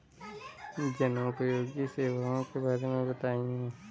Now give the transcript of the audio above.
जनोपयोगी सेवाओं के बारे में बताएँ?